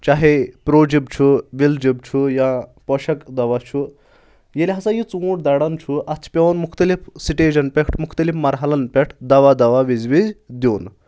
چاہے پرو جب چھُ وِل جب چھُ یا پوشک دوا چھُ ییٚلہِ ہسا یہِ ژوٗنٛٹھ دران چھُ اَتھ چھِ پیٚوان مُختٔلِف سٹیجَن پؠٹھ مُختٔلِف مرحلَن پؠٹھ دوا دوا وِزِ وِز دِیُن